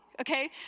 okay